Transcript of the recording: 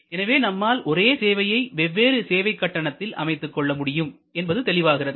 எனவே நம்மால் ஒரே சேவையை வெவ்வேறு சேவை கட்டணத்தில் அமைத்துக்கொள்ள முடியும் என்பது தெளிவாகிறது